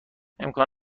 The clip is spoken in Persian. امکان